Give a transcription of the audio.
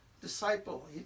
disciple